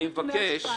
אני מבקש.